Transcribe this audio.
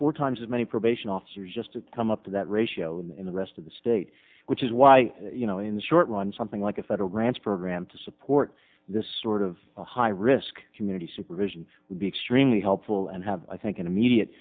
four times as many probation officers just to come up to that ratio in the rest of the state which is why you know in the short run something like a federal grants program to support this sort of a high risk community supervision would be extremely helpful and have i think an immediate